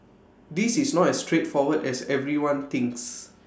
this is not as straightforward as everyone thinks